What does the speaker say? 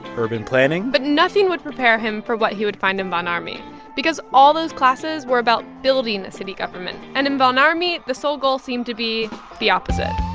urban planning but nothing would prepare him for what he would find in von ormy because all those classes were about building city government. and in von ormy, the sole goal seemed to be the opposite